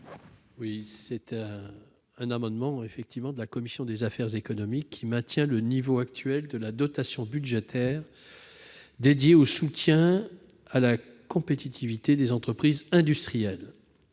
avis. Cet amendement de la commission des affaires économiques tend à maintenir le niveau actuel de la dotation budgétaire consacrée au soutien à la compétitivité des entreprises industrielles.